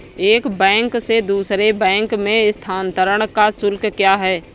एक बैंक से दूसरे बैंक में स्थानांतरण का शुल्क क्या है?